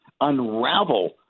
unravel